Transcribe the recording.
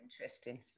interesting